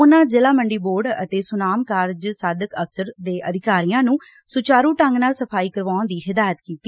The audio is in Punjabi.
ਉਨਾਂ ਜ਼ਿਲ੍ਹਾ ਮੰਡੀ ਬੋਰਡ ਅਤੇ ਸੁਨਾਮ ਕਾਰਜ ਸਾਧਕ ਅਫਸਰ ਦੇ ਅਧਿਕਾਰੀਆਂ ਨ੍ਨੇ ਸੁਚਾਰੁ ਢੰਗ ਨਾਲ ਸਫ਼ਾਈ ਕਰਵਾਉਣ ਦੀ ਹਦਾਇਤ ਕੀਤੀ